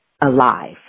alive